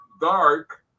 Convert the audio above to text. dark